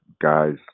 guys